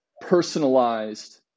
personalized